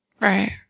Right